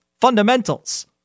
Fundamentals